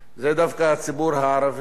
זה דווקא הציבור הערבי,